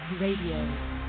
Radio